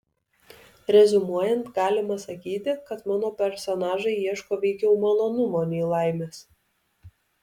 reziumuojant galima sakyti kad mano personažai ieško veikiau malonumo nei laimės